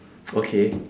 okay